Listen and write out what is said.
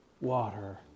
water